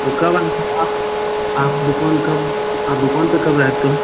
तो कब आना तो आप आप दुकान कब आप दुकान पर कब रहते हो